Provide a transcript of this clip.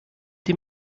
dem